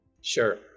sure